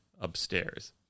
upstairs